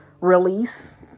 release